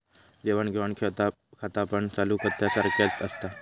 देवाण घेवाण खातापण चालू खात्यासारख्याच असता